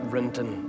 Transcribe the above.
Renton